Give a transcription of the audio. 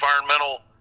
environmental